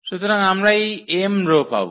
সুতরাং আমরা এই m রো পাব